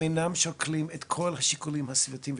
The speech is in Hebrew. אינם שוקלים את כל השיקולים הסביבתיים,